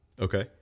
Okay